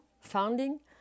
founding